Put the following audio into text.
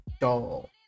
doll